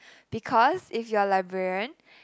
because if you're librarian